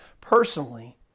personally